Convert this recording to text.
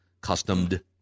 customed